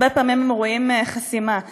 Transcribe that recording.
הרבה פעמים רואים חסימה.